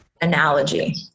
analogy